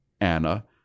Anna